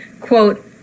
quote